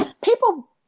people